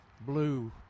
blue